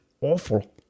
awful